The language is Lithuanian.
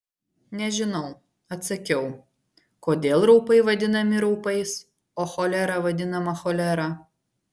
nežinau atsakiau kodėl raupai vadinami raupais o cholera vadinama cholera